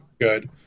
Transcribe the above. good